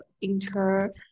inter-